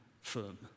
firm